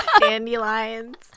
dandelions